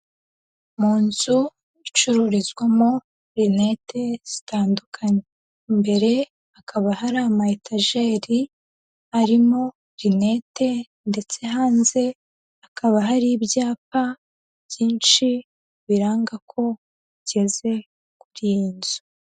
Mu nzu icururizwamo rinete zitandukanye, imbere hakaba hari amayetajeri arimo rinete ndetse hanze hakaba hari ibyapa byinshi biranga ko ugeze kuri iyi nzu.